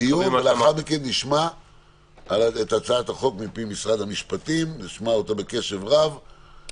ולאחר מכן נשמע בקשב רב את משרד המשפטים על הצעת החוק,